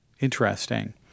Interesting